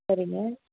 சரிங்க